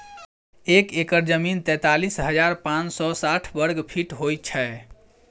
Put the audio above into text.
एक एकड़ जमीन तैँतालिस हजार पाँच सौ साठि वर्गफीट होइ छै